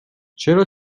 چرا